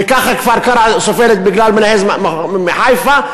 וככה כפר-קרע סובל בגלל מנהל המחוז מחיפה,